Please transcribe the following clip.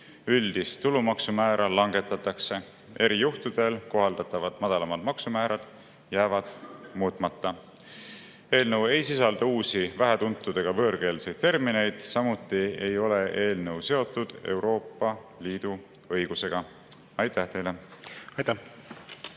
üldist tulumaksumäära, erijuhtudel kohaldatavad madalamad maksumäärad jäävad muutmata. Eelnõu ei sisalda uusi, vähetuntud ega võõrkeelseid termineid, samuti ei ole eelnõu seotud Euroopa Liidu õigusega. Aitäh teile! Aitäh!